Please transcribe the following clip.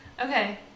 Okay